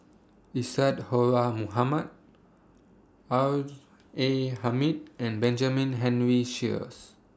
Isadhora Mohamed R A Hamid and Benjamin Henry Sheares